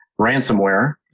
ransomware